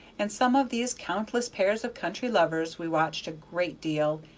and some of these countless pairs of country lovers we watched a great deal,